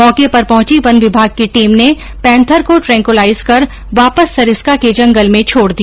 मौके पर पहुंची वन विभाग की टीम ने पैंथर को ट्रैकुलाइज कर वापस सरिस्का के जंगल में छोड़ दिया